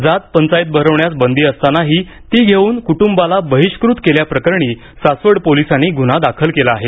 जात पंचायत भरवण्यास बंदी असतानाही ती घेऊन कुटुंबाला बहिष्कृत केल्याप्रकरणी सासवड पोलिसांनी गुन्हा दाखल केला आहे